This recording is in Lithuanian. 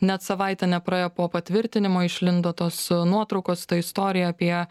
net savaitė nepraėjo po patvirtinimo išlindo tos nuotraukos ta istorija apie